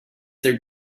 their